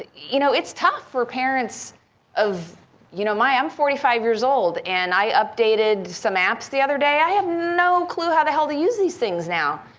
you know it's tough for parents of you know i'm forty five years old and i updated some apps the other day. i have no clue how the hell they use these things now,